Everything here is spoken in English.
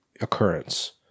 occurrence